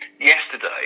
yesterday